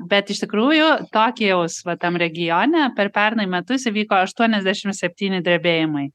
bet iš tikrųjų tokijaus vat tam regione per pernai metus įvyko aštuoniasdešimt septyni drebėjimai